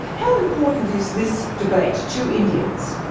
how important is this debate to indians?